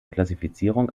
klassifizierung